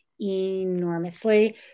enormously